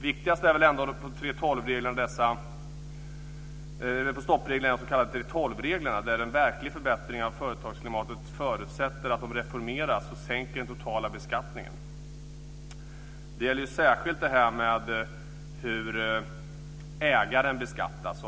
Viktigast av stoppreglerna är väl ändå de s.k. 3:12-reglerna. En verklig förbättring av företagsklimatet förutsätter att de reformeras och att vi sänker den totala beskattningen. Det gäller särskilt detta med hur ägaren beskattas.